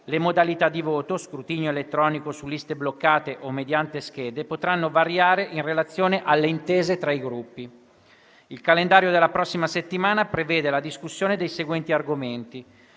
Le modalità di voto (a scrutinio elettronico su liste bloccate o mediante schede) potranno variare in relazione alle intese tra i Gruppi. Il calendario della prossima settimana prevede la discussione dei seguenti argomenti: